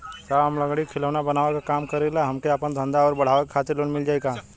साहब हम लंगड़ी क खिलौना बनावे क काम करी ला हमके आपन धंधा अउर बढ़ावे के खातिर लोन मिल जाई का?